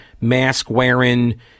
mask-wearing